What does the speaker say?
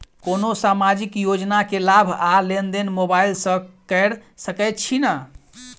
कोनो सामाजिक योजना केँ लाभ आ लेनदेन मोबाइल सँ कैर सकै छिःना?